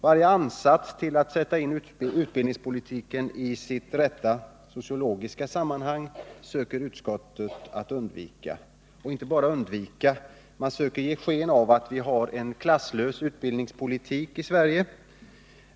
Varje ansats till att sätta in utbildningspolitiken i dess rätta sociologiska sammanhang söker utskottet undvika. Och inte bara undvika — man söker ge sken av att vi har en klasslös utbildningspolitik i Sverige.